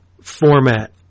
format